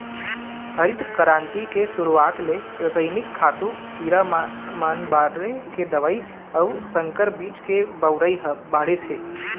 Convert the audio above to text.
हरित करांति के सुरूवात ले रसइनिक खातू, कीरा बन मारे के दवई अउ संकर बीज के बउरई ह बाढ़िस हे